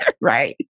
Right